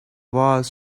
wars